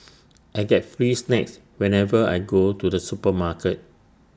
I get free snacks whenever I go to the supermarket